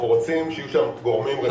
רוצים שיהיו שם גורמים רציניים.